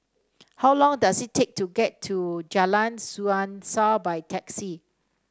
how long does it take to get to Jalan Suasa by taxi